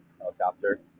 helicopter